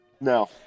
No